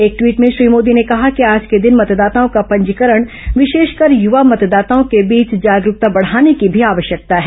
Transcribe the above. एक ट्वीट में श्री मोदी ने कहा कि आज के दिन मतदाताओं का पंजीकरण विशेषकर युवा मतदाताओं के बीच जागरूकता बढ़ाने की भी आवश्घ्यकता है